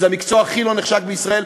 זה המקצוע הכי לא נחשק בישראל,